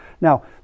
now